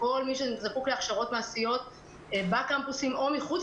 לכל מי שזקוק להכשרות מעשיות בקמפוסים או מחוץ